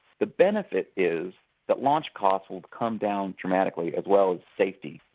the benefit is that launch costs will come down dramatically as well as safety.